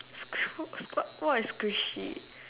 what is squishy